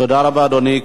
תודה רבה, אדוני.